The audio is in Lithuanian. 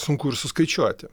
sunku ir suskaičiuoti